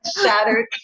shattered